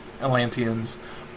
Atlanteans